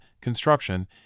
construction